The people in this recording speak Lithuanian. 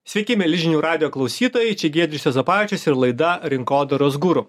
sveiki mieli žinių radijo klausytojai čia giedrius juozapavičius ir laida rinkodaros guru